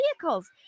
vehicles